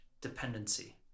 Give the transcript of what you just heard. dependency